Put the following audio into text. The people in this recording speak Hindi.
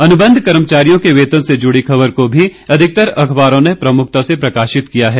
अनुबंध कर्मचारियों के वेतन से जुड़ी खबर को भी अधिकतर अखबारों ने प्रमुखता से प्रकाशित किया है